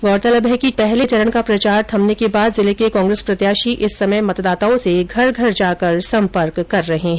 गौरतलब है कि पहले चरण का प्रचार थमने के बाद जिले के कांग्रेस प्रत्याशी इस समय मतदाताओं से घर घर जाकर सम्पर्क कर रहे हैं